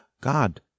God